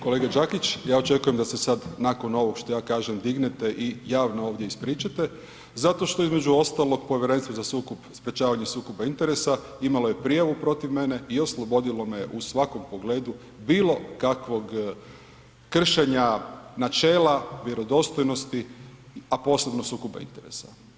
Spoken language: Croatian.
Kolega Đakić ja očekujem da se sada nakon ovoga što ja kažem dignete i javno ovdje ispričate zato što između ostaloga Povjerenstvo za sprječavanje sukoba interesa imalo je prijavu protiv mene i oslobodilo me u svakom pogledu bilo kakvog kršenja načela vjerodostojnosti a posebno sukoba interesa.